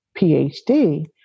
PhD